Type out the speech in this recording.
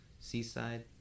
seaside